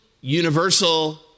universal